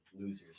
losers